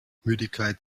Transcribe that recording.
müdigkeit